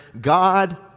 God